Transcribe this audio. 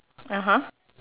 (uh huh)